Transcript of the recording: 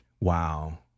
Wow